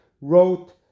wrote